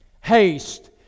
Haste